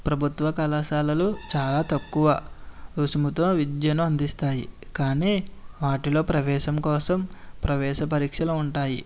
ప్రభుత్వ కళాశాలలు చాలా తక్కువ రుసుముతో విద్యను అందిస్తాయి కానీ వాటిలో ప్రవేశం కోసం ప్రవేశ పరీక్షలు ఉంటాయి